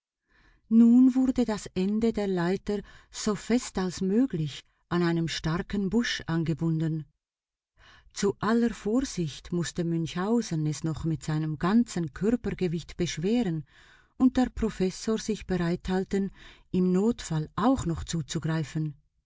nun wurde das ende der leiter so fest als möglich an einem starken busch angebunden zu aller vorsicht mußte münchhausen es noch mit seinem ganzen körpergewicht beschweren und der professor sich bereithalten im notfall auch noch zuzugreifen